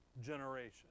generation